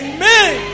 Amen